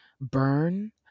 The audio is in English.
Burn